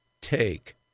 Take